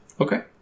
Okay